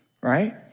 right